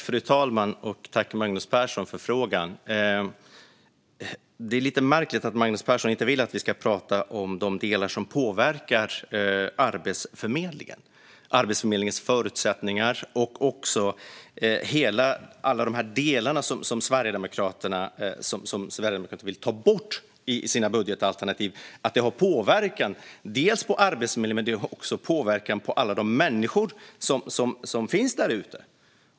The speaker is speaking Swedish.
Fru talman! Tack, Magnus Persson, för frågan! Det är lite märkligt att Magnus Persson inte vill att vi ska prata om de delar som påverkar Arbetsförmedlingen, dess förutsättningar och alla de delar som Sverigedemokraterna vill ta bort i sina budgetalternativ. Det har påverkan på Arbetsförmedlingen men också på alla de människor som finns därute.